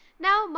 Now